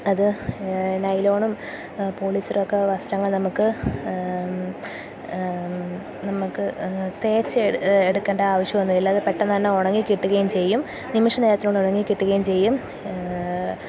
അത് നൈലോണും പോളിസ്റ്ററൊക്കെ വസ്ത്രങ്ങൾ നമുക്ക് നമുക്ക് തേച്ച് എടുക്കേണ്ട ആവശ്യമൊന്നുമില്ല അത് പെട്ടെന്നുതന്നെ ഉണങ്ങിക്കിട്ടുകയും ചെയ്യും നിമിഷ നേരത്തോണ്ട് ഉണങ്ങിക്കിട്ടുകയും ചെയ്യും